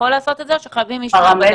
יכול לעשות את זה או שחייבים איש מעבדה?